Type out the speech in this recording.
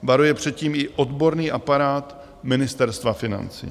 Varuje před tím i odborný aparát Ministerstva financí.